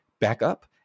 backup